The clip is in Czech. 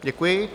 Děkuji.